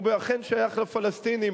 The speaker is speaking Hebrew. והוא אכן שייך לפלסטינים,